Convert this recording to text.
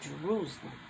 Jerusalem